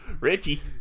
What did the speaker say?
Richie